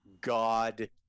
god